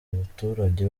abaturage